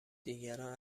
دیگران